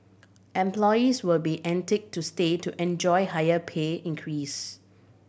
employees will be to stay to enjoy higher pay increase